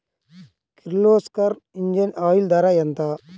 Kirloskar engine oil ధర ఎంత?